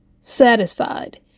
satisfied